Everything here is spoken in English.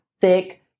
thick